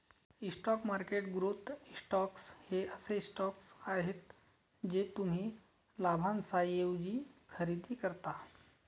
stock market growth stocks हे असे stocks आहेत जे तुम्ही लाभांशाऐवजी खरेदी करता